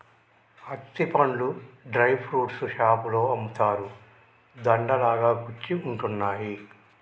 అత్తి పండ్లు dry fruits షాపులో అమ్ముతారు, దండ లాగా కుచ్చి ఉంటున్నాయి